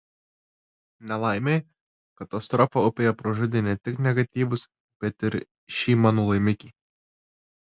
nelaimei katastrofa upėje pražudė ne tik negatyvus bet ir šį mano laimikį